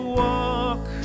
walk